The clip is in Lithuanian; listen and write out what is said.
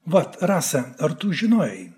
vat rasa ar tu žinojai